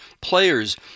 players